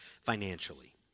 financially